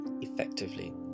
Effectively